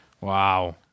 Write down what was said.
wow